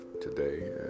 today